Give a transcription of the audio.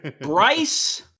Bryce